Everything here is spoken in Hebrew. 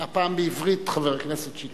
הפעם בעברית, חבר הכנסת שטרית.